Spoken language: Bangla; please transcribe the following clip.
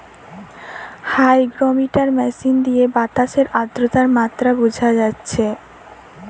হাইগ্রমিটার মেশিন দিয়ে বাতাসের আদ্রতার মাত্রা বুঝা যাচ্ছে